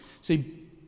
See